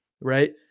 Right